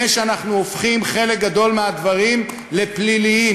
שאנחנו הופכים חלק גדול מהדברים לפליליים.